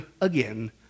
again